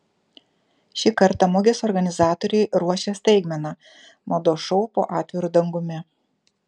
šį kartą mugės organizatoriai ruošia staigmeną mados šou po atviru dangumi